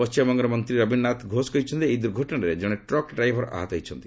ପଣ୍ଟିମବଙ୍ଗର ମନ୍ତ୍ରୀ ରବୀନ୍ଦ୍ରନାଥ ଘୋଷ କରିଛନ୍ତି ଏହି ଦୁର୍ଘଟଣାରେ ଜଣେ ଟ୍ରକ୍ ଡ୍ରାଇଭର ଆହତ ହୋଇଛନ୍ତି